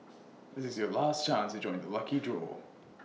this is your last chance to join the lucky draw